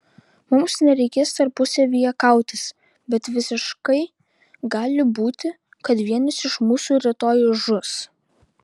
mums nereikės tarpusavyje kautis bet visiškai gali būti kad vienas iš mūsų rytoj žus